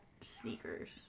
sneakers